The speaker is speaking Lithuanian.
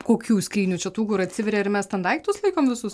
kokių skrynių čia tų kur atsiveria ir mes ten daiktus laikom visus